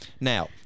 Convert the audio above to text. Now